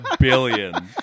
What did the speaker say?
billion